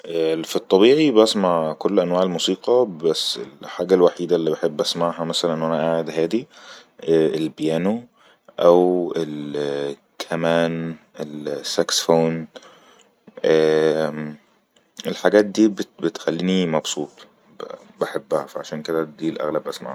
في الطبيعي بأسمع كل انواع الموسيقى بس الحاجة الوحيدة اللي بحب بأسمعها مثلن ونا أعد هادي البيانو أو الكمان، السكسفون ااام الحاجات دي بتخليني مبسوط بحبها عشان كده دي الأغلب بأسمعها